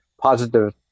positive